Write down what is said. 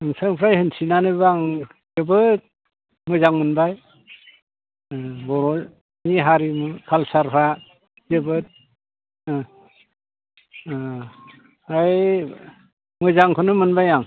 नोंथांनिफ्राय मिथिनानैबो आं जोबोद मोजां मोनबाय ओ बर'नि हारिमु कालसारफ्रा जोबोद ओ ओ ओइ मोजांखौनो मोनबाय आं